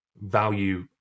value